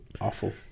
awful